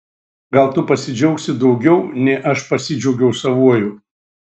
gal tu pasidžiaugsi daugiau nei aš pasidžiaugiau savuoju